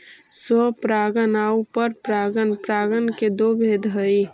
स्वपरागण आउ परपरागण परागण के दो भेद हइ